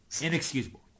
Inexcusable